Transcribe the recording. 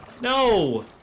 No